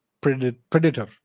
predator